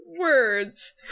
words